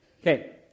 Okay